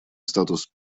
статус